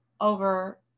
over